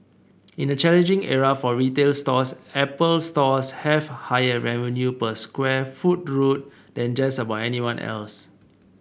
in a challenging era for retail stores Apple Stores have higher revenue per square foot rule than just about anyone else